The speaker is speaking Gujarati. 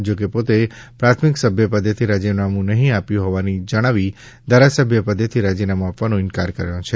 જો કે પોતે પ્રાથમિક સભ્ય પદેથી રાજીનામું નહીં આપ્યું હોવાનું જણાવી ધારાસભ્ય પદેથી રાજીનામું આપવાનો ઇન્કાર કર્યો છે